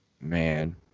Man